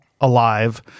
alive